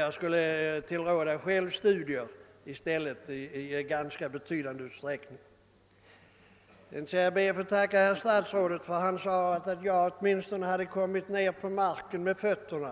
Jag skulle däremot vilja tillråda självstudier i ganska betydande utsträckning. Sedan skall jag be att få tacka herr statsrådet för att han sade att jag åtminstone hade kommit ner på marken med fötterna.